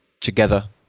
together